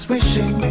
Wishing